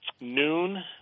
noon